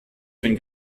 bin